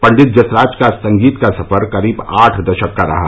पंडित जसराज का संगीत का सफर करीबआठ दशक का रहा